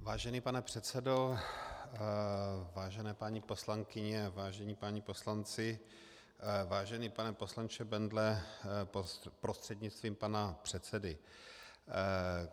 Vážený pane předsedo, vážené paní poslankyně, vážení páni poslanci, vážený pane poslanče Bendle prostřednictvím pana předsedy,